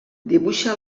dibuixa